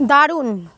দারুণ